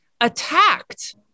attacked